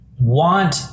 want